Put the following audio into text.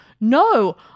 no